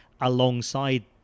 alongside